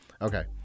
Okay